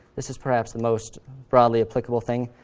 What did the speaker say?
this is, perhaps, the most broadly applicable thing.